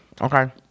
Okay